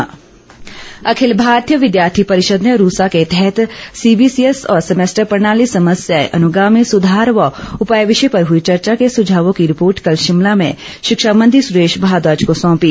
प्रतिनिधिमंडल अखिल भारतीय विद्यार्थी परिषद ने रूसा के तहत सीबीसीएस और सेमेस्टर प्रणाली समस्याएं अनुगामी सुधार व उपाय विषय पर हुई चर्चा के सुझावों की रिपोर्ट कल शिमला में शिक्षा मंत्री सुरेश भारद्वाज को सौंपी